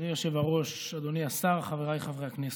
אדוני היושב-ראש, אדוני השר, חבריי חברי הכנסת,